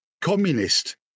communist